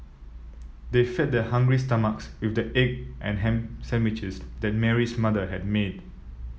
they fed their hungry stomachs with the egg and ham sandwiches that Mary's mother had made